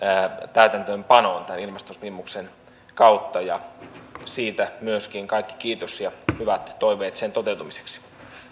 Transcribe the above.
täytäntöönpanoon tämän ilmastosopimuksen kautta siitä myöskin kaikki kiitos ja hyvät toiveet sen toteutumiseksi